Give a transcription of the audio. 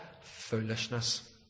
foolishness